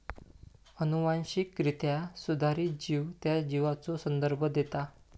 अनुवांशिकरित्या सुधारित जीव त्या जीवाचो संदर्भ देता